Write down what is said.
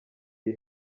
iyi